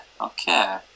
Okay